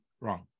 Wrong